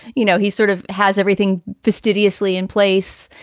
you know, he sort of has everything fastidiously in place,